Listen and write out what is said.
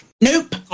nope